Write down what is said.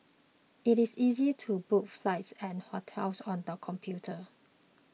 it is easy to book flights and hotels on the computer